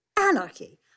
Anarchy